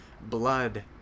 blood